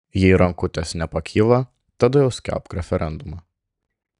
jei rankutės nepakyla tada jau skelbk referendumą